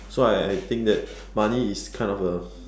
so I I think that money is kind of a